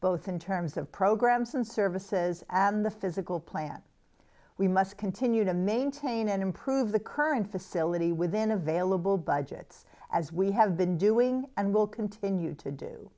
both in terms of programs and services and the physical plant we must continue to maintain and improve the current facility within available budgets as we have been doing and will continue to do